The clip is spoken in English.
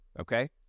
okay